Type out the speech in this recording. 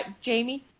Jamie